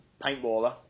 Paintballer